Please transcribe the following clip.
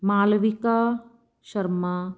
Malvika Sharma